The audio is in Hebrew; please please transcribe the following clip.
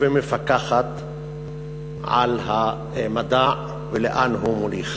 ומפקחת על המדע ולאן הוא מוליך.